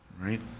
Right